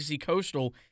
Coastal